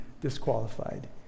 disqualified